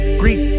green